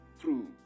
true